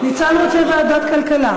ניצן רוצה ועדת כלכלה.